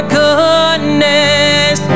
goodness